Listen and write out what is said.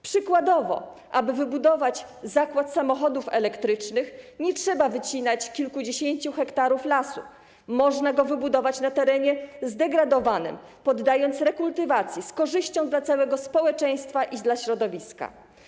Przykładowo: aby wybudować zakład, fabrykę samochodów elektrycznych nie trzeba wycinać kilkudziesięciu hektarów lasu, można je wybudować na terenie zdegradowanym, poddawszy go rekultywacji, z korzyścią dla całego społeczeństwa i dla środowiska.